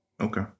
Okay